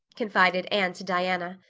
confided anne to diana,